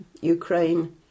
Ukraine